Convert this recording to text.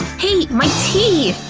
hey! my tea!